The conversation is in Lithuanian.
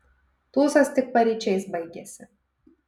tūsas tik paryčiais baigėsi